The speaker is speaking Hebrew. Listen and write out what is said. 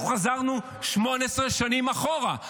אנחנו חזרנו 18 שנים אחורה.